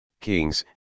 Kings